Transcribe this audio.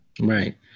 Right